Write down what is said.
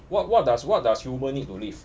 what what does what does human need to live